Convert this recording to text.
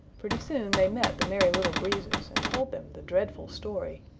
pretty soon they met the merry little breezes and told them the dreadful story.